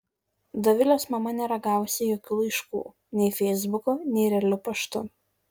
dovilės mama nėra gavusi jokių laiškų nei feisbuku nei realiu paštu